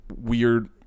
weird